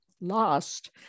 lost